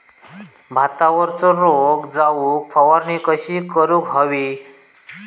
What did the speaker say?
भातावरचो रोग जाऊक फवारणी कशी करूक हवी?